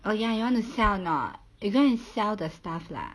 oh ya you want to sell or not you go sell the stuff lah